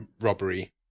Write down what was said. robbery